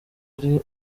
ari